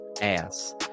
ass